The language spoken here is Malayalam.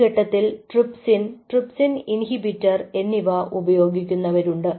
ഈ ഘട്ടത്തിൽ ട്രിപ്സിൻ ട്രിപ്സിൻ ഇൻഹിബിറ്റർ എന്നിവ ഉപയോഗിക്കുന്നവരുണ്ട്